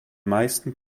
meisten